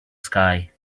sky